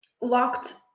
locked